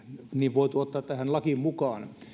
voitu ottaa tähän lakiin mukaan